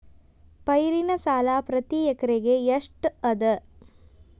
ಪೈರಿನ ಸಾಲಾ ಪ್ರತಿ ಎಕರೆಗೆ ಎಷ್ಟ ಅದ?